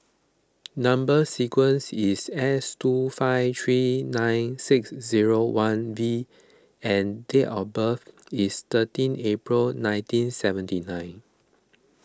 Number Sequence is S two five three nine six zero one V and date of birth is thirteen April nineteen seventy nine